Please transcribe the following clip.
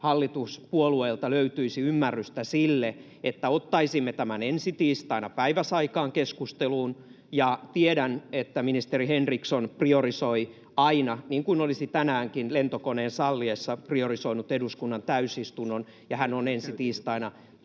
hallituspuolueilta löytyisi ymmärrystä sille, että ottaisimme tämän ensi tiistaina päiväsaikaan keskusteluun. Tiedän, että ministeri Henriksson priorisoi aina, niin kuin olisi tänäänkin lentokoneen salliessa priorisoinut, eduskunnan täysistunnon. Hän on ensi tiistaina